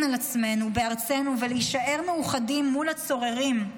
על עצמנו בארצנו ולהישאר מאוחדים מול הצוררים.